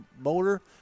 Motor